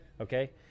okay